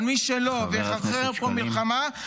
אבל מי שלא, ויחרחר פה מלחמה -- חבר הכנסת שקלים.